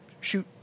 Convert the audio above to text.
shoot